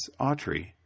Autry